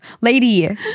lady